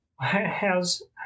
how's